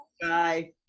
bye